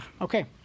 Okay